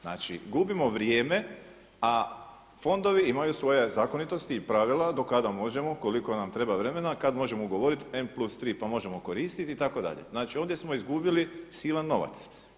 Znači gubimo vrijeme, a fondovi imaju svoje zakonitosti i pravila do kada možemo koliko nam treba vremena kada možemo ugovoriti … plus tri pa možemo koristiti itd. znači ovdje smo izgubili silan novac.